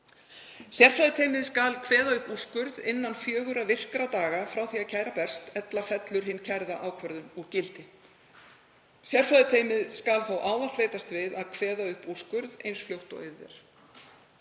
Sérfræðiteymið skal kveða upp úrskurð innan fjögurra virkra daga frá því að kæra berst, ella fellur hin kærða ákvörðun úr gildi. Sérfræðiteymið skal þó ávallt leitast við að kveða upp úrskurð eins fljótt og auðið